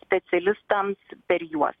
specialistams per juos